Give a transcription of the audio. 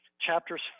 Chapters